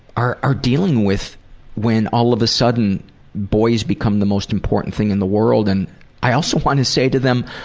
are are dealing with when all of the sudden boys become the most important thing in the world. and i also want to say to them,